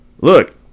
Look